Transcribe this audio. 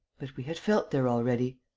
but we had felt there already.